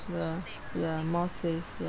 ya ya more safe ya